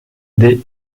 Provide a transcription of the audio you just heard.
des